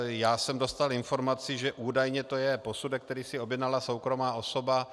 Já jsem dostal informaci, že údajně to je posudek, který si objednala soukromá osoba.